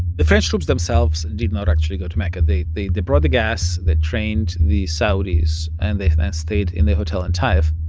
the french troops themselves did not actually go to mecca. they they brought the gas. they trained the saudis. and they then stayed in the hotel in ta'if